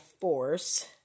force